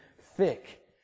thick